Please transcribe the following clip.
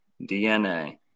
DNA